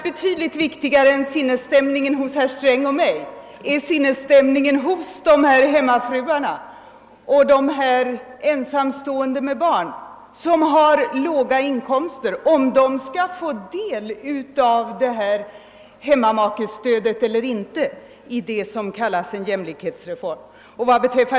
Betydligt viktigare än herr Strängs och min sinnesstämning är sinnesstämningen hos hemmafruarna och de ensamstående med barn som har låga inkomster, om de skall få del av hemmamakestödet i det som kallas en jämlikhetsreform.